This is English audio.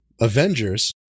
Avengers